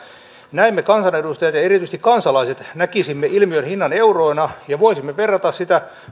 näin me kansanedustajat ja ja erityisesti kansalaiset näkisimme ilmiön hinnan euroina ja voisimme verrata sitä